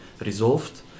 resolved